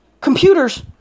Computers